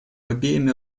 обеими